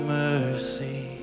mercy